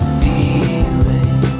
feeling